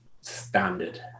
standard